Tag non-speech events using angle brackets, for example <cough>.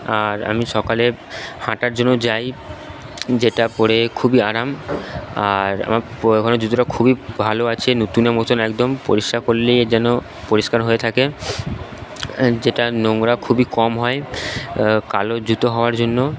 আর আমি সকালে হাঁটার জন্য যাই যেটা পরে খুবই আরাম আর আমার <unintelligible> এখনও জুতোটা খুবই ভালো আছে নতুনের মতন একদম পরিষ্কার করলেই যেন পরিষ্কার হয়ে থাকে যেটা নোংরা খুবই কম হয় কালো জুতো হওয়ার জন্য